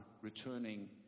returning